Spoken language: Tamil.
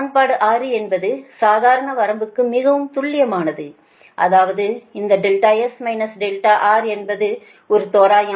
சமன்பாடு 6 என்பது சாதாரண வரம்புக்கு மிகவும் துல்லியமானது அதாவது இந்த S R என்பது ஒரு தோராயம்